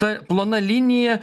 ta plona linija